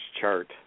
chart